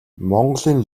монголын